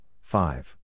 Five